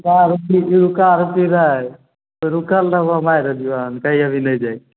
रुका रुकी रुका रुकी नहि रुकल रहबऽ हम आइ रहलियै हन कही अभी नहि जाह